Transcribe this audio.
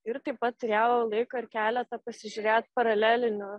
ir taip pat turėjau laiko ir keleta pasižiūrėt paralelinių